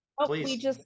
please